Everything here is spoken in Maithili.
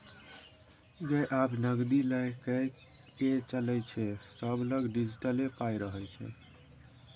गै आब नगदी लए कए के चलै छै सभलग डिजिटले पाइ रहय छै